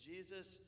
Jesus